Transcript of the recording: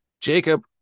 Jacob